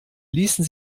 ließen